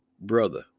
brother